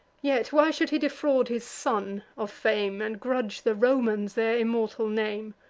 yet why should he defraud his son of fame, and grudge the romans their immortal name!